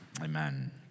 Amen